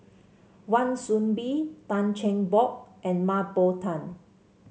Wan Soon Bee Tan Cheng Bock and Mah Bow Tan